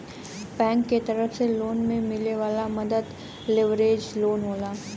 bank के तरफ से लोन में मिले वाला मदद लेवरेज लोन हौ